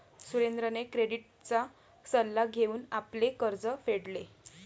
सुरेंद्रने क्रेडिटचा सल्ला घेऊन आपले कर्ज फेडले